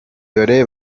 dore